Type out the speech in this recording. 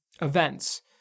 events